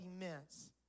immense